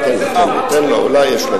יש לי